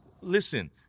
Listen